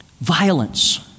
Violence